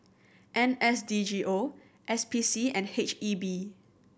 N S D G O S P C and H E B